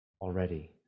already